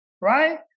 right